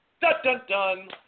Dun-dun-dun